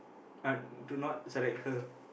uh do not select her